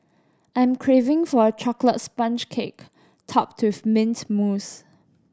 I'm craving for a chocolate sponge cake topped with mint mousse